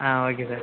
ah okay sir